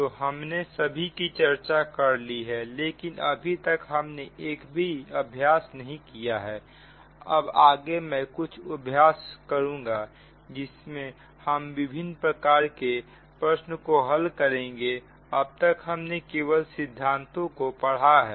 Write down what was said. तो हमने सभी की चर्चा कर ली है लेकिन अभी तक हमने एक भी अभ्यास नहीं किया है अब आगे मैं कुछ अभ्यास कर आऊंगा जिसमें हम विभिन्न प्रकार के प्रश्न को हल करेंगे अब तक हमने केवल सिद्धांतों को पढ़ा है